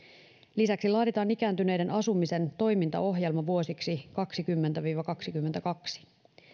lisäksi laaditaan ikääntyneiden asumisen toimintaohjelma vuosiksi kaksikymmentä viiva kaksikymmentäkaksi